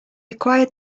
acquired